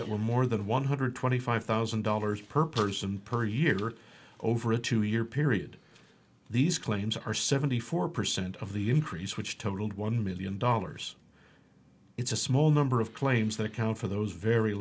that were more than one hundred twenty five thousand dollars per person per year over a two year period these claims are seventy four percent of the increase which totaled one million dollars it's a small number of claims that count for those very